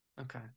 okay